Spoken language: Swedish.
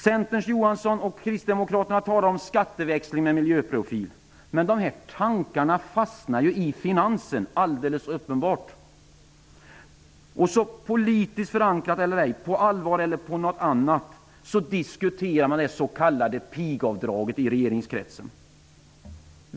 Centern och kristdemokraterna talar om skatteväxling med miljöprofil. Men de tankarna fastnar alldeles uppenbart i finansen. Politiskt förankrat eller ej -- på allvar eller ej diskuterar man det s.k. pigavdraget i regeringskretsen.